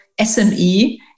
SME